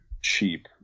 cheap